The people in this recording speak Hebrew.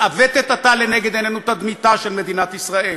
מתעוותת עתה לנגד עינינו תדמיתה של מדינת ישראל,